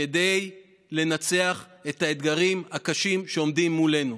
כדי לנצח באתגרים הקשים שעומדים מולנו.